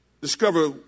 discover